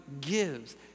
Gives